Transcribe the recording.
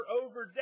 over